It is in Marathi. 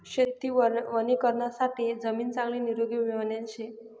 शेती वणीकरणासाठे जमीन चांगली निरोगी बनेल शे